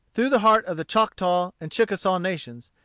through the heart of the choctaw and chickasaw nations,